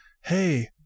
hey